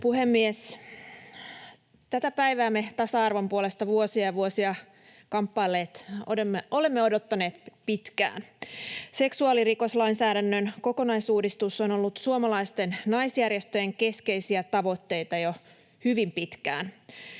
puhemies! Tätä päivää me tasa-arvon puolesta vuosia ja vuosia kampailleet olemme odottaneet pitkään. Seksuaalirikoslainsäädännön kokonaisuudistus on ollut suomalaisten naisjärjestöjen keskeisiä tavoitteita jo hyvin pitkään.